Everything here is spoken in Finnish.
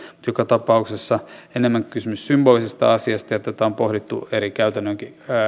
joka tapauksessa on enemmän kysymys symbolisesta asiasta ja tätä on pohdittu eri käytännön